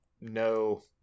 No